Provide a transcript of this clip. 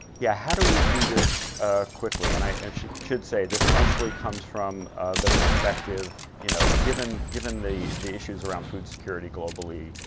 yeah, how do we do this quickly? and i and should should say this mostly comes from the perspective, you know given given the the issues around food security globally,